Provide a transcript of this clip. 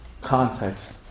context